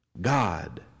God